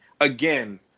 again